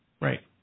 Right